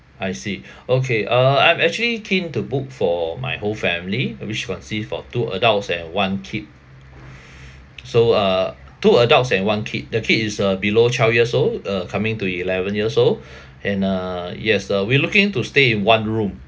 I see okay uh I'm actually keen to book for my whole family which consist for two adults and one kid so uh two adults and one kid the kid is uh below twelve years old uh coming to eleven years old and uh yes uh we looking to stay in one room